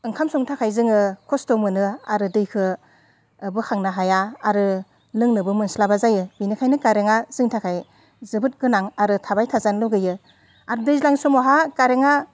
ओंखाम संनो थाखाय जोङो खस्थ' मोनो आरो दैखो बोखांनो हाया आरो लोंनोबो मोनस्लाबा जायो बिनिखायनो कारेन्टआ जोंनि थाखाय जोबोद गोनां आरो थाबाय थाजानो लुगैयो आरो दैज्लां समावहा कारेन्टआ